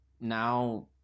now